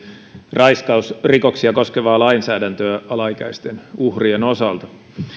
raiskausrikoksia koskevaa lainsäädäntöä alaikäisten uhrien osalta